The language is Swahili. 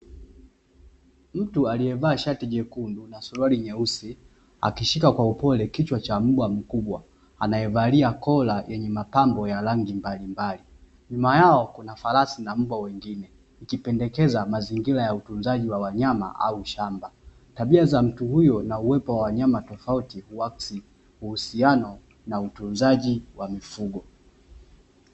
Mtu aliyevaa shati nyekundu na suruali nyeusi akishika Kwa upole kichwa cha mbwa aliyevalia kola yenye mapambo mbalimbali nyuma yao kuna farasi na mbwa wengine, ikipendekeza mazingira ya utunzaji wa wanyama wengineau shamba. Tabia za mtu huyo na uwepo wa wanyama tofauti huakisi uhusiano na utunzaji wa mifugo.